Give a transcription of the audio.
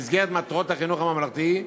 במסגרת מטרות החינוך הממלכתי: